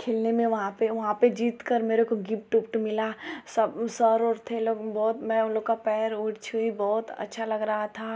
खेलने में वहाँ पर वहाँ पर जीत कर मेरे को गिप्ट उप्ट मिला सब सर ओर थे लब बहुत मैं उन लोग का पैर ओर छुई बहुत अच्छा लग रहा था